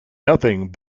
nothing